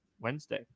wednesday